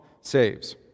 saves